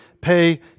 pay